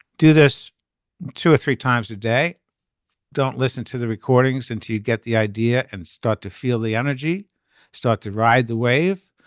do this two or three times a day don't listen to the recordings and you get the idea and start to feel the energy start to ride the wave.